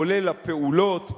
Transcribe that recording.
כולל הפעולות,